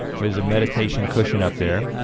there's a meditation cushion up there.